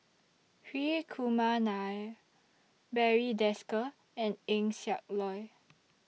Hri Kumar Nair Barry Desker and Eng Siak Loy